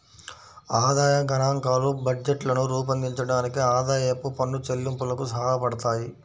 ఆదాయ గణాంకాలు బడ్జెట్లను రూపొందించడానికి, ఆదాయపు పన్ను చెల్లింపులకు సహాయపడతాయి